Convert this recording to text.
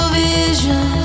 vision